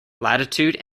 latitude